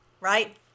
Right